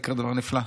יקרה דבר נפלא.